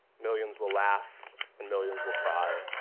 millions will laugh and millions will cry.